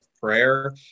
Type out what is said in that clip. prayer